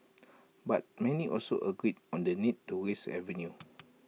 but many also agree on the need to raise revenue